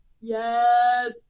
Yes